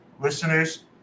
Listeners